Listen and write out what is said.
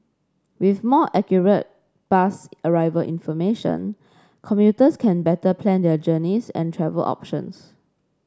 with more accurate bus arrival information commuters can better plan their journeys and travel options